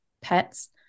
pets